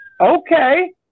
okay